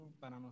para